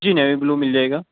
جی navy blue مل جائے گا